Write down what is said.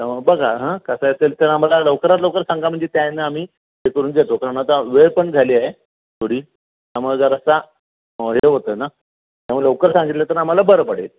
त्यामुळे बघा हां कसं असेल तर आम्हाला लवकरात लवकर सांगा म्हणजे त्या ह्यानं आम्ही हे करून देतो कारण आता वेळ पण झाली आहे थोडी त्यामुळं जरासा हे होतं ना त्यामुळे लवकर सांगितलं तर आम्हाला बरं पडेल